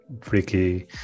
freaky